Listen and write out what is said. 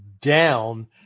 down